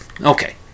okay